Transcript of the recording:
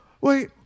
Wait